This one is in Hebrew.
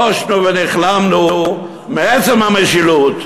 בושנו ונכלמנו מעצם המשילות,